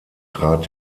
trat